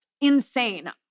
Insane